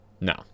No